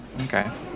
Okay